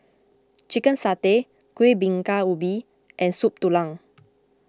Chicken Satay Kuih Bingka Ubi and Soup Tulang